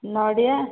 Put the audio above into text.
ନଡ଼ିଆ